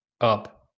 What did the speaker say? up